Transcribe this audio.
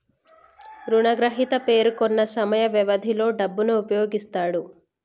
రుణగ్రహీత పేర్కొన్న సమయ వ్యవధిలో డబ్బును ఉపయోగిస్తాడు